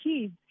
kids